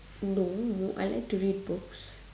no I like to read books